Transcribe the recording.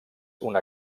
una